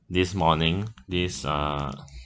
this morning this uh